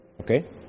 okay